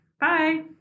Bye